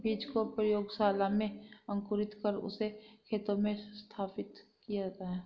बीज को प्रयोगशाला में अंकुरित कर उससे खेतों में स्थापित किया जाता है